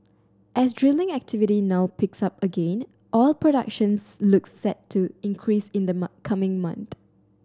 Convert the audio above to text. as drilling activity now picks up again oil productions looks set to increase in the coming month